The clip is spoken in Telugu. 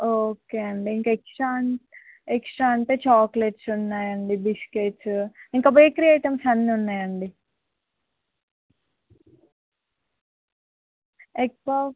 ఓకే అండి ఇంకా ఎక్స్ట్రా అ ఎక్స్ట్రా అంటే చాక్లెట్స్ ఉన్నాయండి బిస్కెట్స్ ఇంకా బేకరీ ఐటమ్స్ అన్నీ ఉన్నాయండి ఎగ్ పఫ్